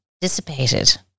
dissipated